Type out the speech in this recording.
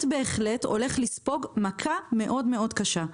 בהחלט הולך לספוג מכה מאוד מאוד קשה.